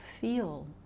feel